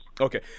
Okay